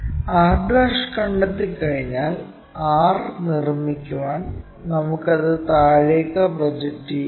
r കണ്ടെത്തിക്കഴിഞ്ഞാൽ r നിർമ്മിക്കാൻ നമുക്ക് അത് താഴേക്ക് പ്രൊജക്റ്റ് ചെയ്യാം